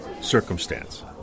circumstance